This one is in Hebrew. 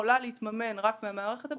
תהיה ממומנת רק מהמערכת הבנקאית,